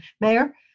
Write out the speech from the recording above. Mayor